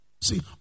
See